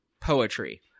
poetry